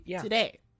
today